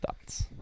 thoughts